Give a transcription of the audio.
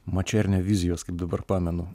mačernio vizijos kaip dabar pamenu